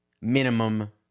minimum